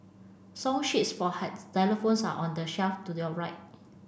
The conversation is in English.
song sheets for xylophones are on the shelf to your right